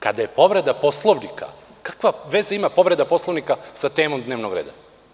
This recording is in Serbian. Kada je povreda Poslovnika kakve veze ima povreda Poslovnika sa temom dnevnog reda?